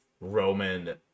Roman